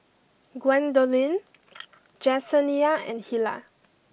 Gwendolyn Jesenia and Hilah